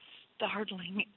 startling